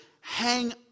hang